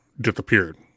disappeared